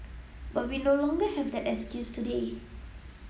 but we no longer have that excuse today